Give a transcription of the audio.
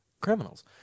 criminals